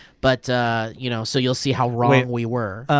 but you know so you'll see how wrong we were.